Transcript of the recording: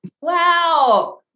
Wow